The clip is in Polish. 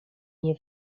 nie